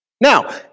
Now